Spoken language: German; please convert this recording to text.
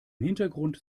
hintergrund